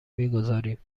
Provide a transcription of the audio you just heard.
میگذاریم